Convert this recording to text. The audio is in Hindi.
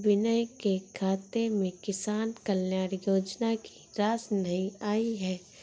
विनय के खाते में किसान कल्याण योजना की राशि नहीं आई है